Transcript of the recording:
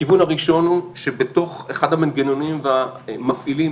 הכיוון הראשון הוא שאחד המנגנונים והמפעילים